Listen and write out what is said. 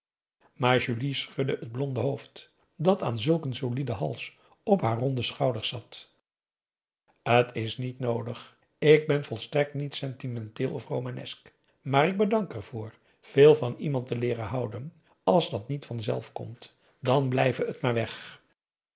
het blonde hoofd dat aan zulk een solieden hals op haar ronde schouders zat t is niet noodig ik ben volstrekt niet sentimenteel of romanesk maar ik bedank er voor veel van iemand te leeren houden als dat niet vanzelf komt dan blijve t maar weg